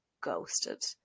ghosted